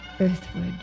Earthward